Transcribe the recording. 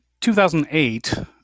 2008